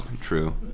true